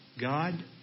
God